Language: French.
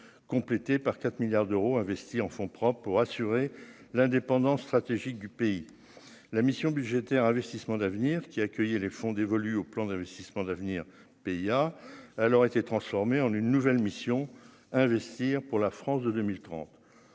complété par 4 milliards d'euros investis en fonds propres pour assurer l'indépendance stratégique du pays, la mission budgétaire investissements d'avenir, qui accueillait les fonds dévolus au plan d'investissements d'avenir PIA alors été transformée en une nouvelle mission investir pour la France de 2030,